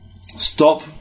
Stop